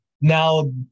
Now